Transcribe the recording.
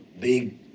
big